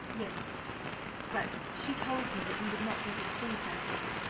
yes but she told me that you would not be displeased at it.